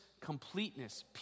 completeness